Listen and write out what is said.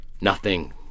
Nothing